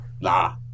Nah